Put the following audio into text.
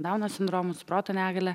dauno sindromu su proto negalia